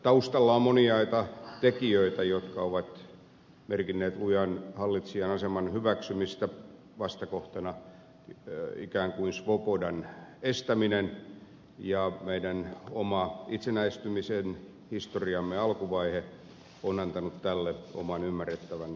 taustalla on moniaita tekijöitä jotka ovat merkinneet lujan hallitsijan aseman hyväksymistä vastakohtana ikään kuin svobodan estäminen ja meidän oma itsenäistymisen historiamme alkuvaihe on antanut tälle oman ymmärrettävän taustansa